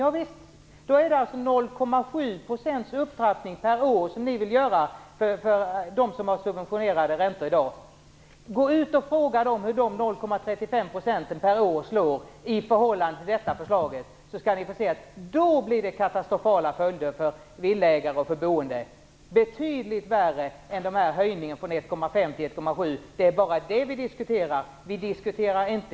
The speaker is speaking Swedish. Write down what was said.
Ja visst, det betyder att ni vill göra en upptrappning med 0,7 % per år för dem som har subventionerade räntor i dag. Gå ut och fråga dem hur de 0,35 procentenheterna per år slår i förhållande till detta förslag! Då skall ni få se att det får katastrofala följder för villaägare och för boende, betydligt värre än höjningen från 1,5 % till 1,7 %.